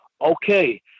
Okay